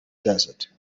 desert